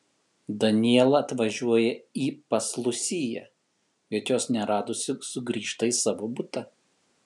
daniela atvažiuoja į pas lusiją bet jos neradusi sugrįžta į savo butą